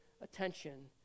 attention